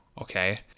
okay